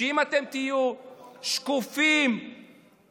שאם אתם תהיה שקופים ואמיתיים,